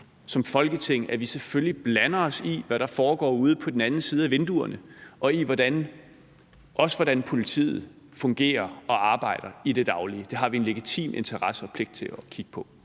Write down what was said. legitimt, at vi som Folketing blander os i, hvad der foregår ude på den anden side af vinduerne, og også i, hvordan politiet fungerer og arbejder i det daglige, altså at det har vi en legitim interesse i og pligt til at kigge på?